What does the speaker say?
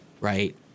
right